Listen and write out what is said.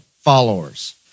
followers